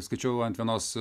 skaičiau ant vienos